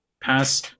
Pass